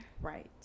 Right